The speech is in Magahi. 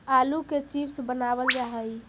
आलू के चिप्स बनावल जा हइ